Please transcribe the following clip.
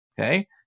Okay